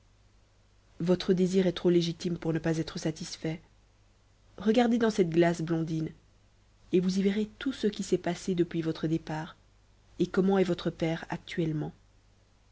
votre désir est trop légitime pour ne pas être satisfait regardez dans cette glace blondine et vous y verrez tout ce qui s'est passé depuis votre départ et comment est votre père actuellement